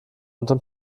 unterm